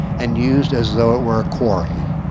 and used as though it were a quary.